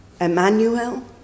Emmanuel